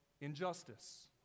injustice